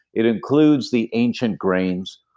it includes the ancient grains.